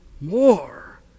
more